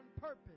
purpose